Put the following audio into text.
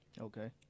Okay